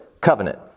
covenant